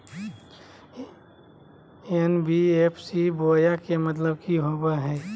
NBFC बोया के मतलब कि होवे हय?